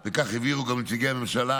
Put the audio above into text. וכך הבהירו גם נציגי הממשלה,